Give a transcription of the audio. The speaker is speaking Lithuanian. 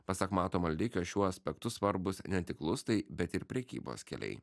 pasak mato maldeikio šiuo aspektu svarbūs ne tik lustai bet ir prekybos keliai